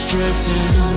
Drifting